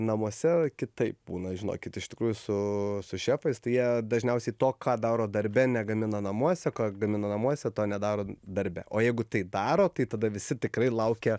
namuose kitaip būna žinokit iš tikrųjų su su šefais tai jie dažniausiai to ką daro darbe negamina namuose gamina namuose to nedaro darbe o jeigu tai daro tai tada visi tikrai laukia